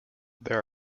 there